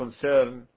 concern